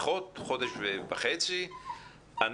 חודש וחצי,